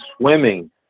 swimming